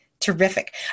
Terrific